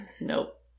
Nope